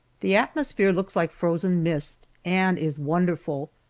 the atmosphere looks like frozen mist, and is wonderful,